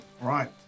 Right